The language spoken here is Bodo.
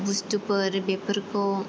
बुस्तुफोर आरो बेफोरखौ